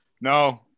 No